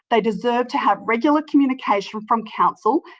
they deserve to have regular communication from council.